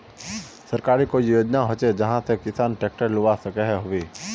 सरकारी कोई योजना होचे जहा से किसान ट्रैक्टर लुबा सकोहो होबे?